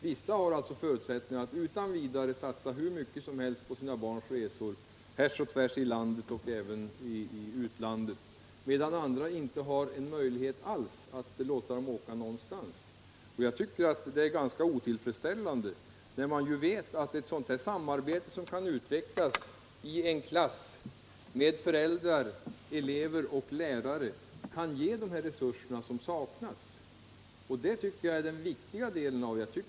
Vissa föräldrar kan utan vidare satsa hur mycket pengar som helst på sina barns resor härs och tvärs i landet och även i utlandet, medan andra inte har någon möjlighet alls att låta barnen åka någonstans. Jag tycker att detta är ganska otillfredsställande, särskilt mot bakgrunden av att man vet att ett samarbete mellan föräldrar, elever och lärare kan ge de resurser som saknas i sådana här fall, vilket jag anser vara den viktiga delen av denna fråga.